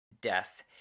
death